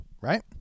right